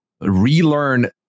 relearn